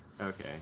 Okay